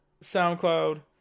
SoundCloud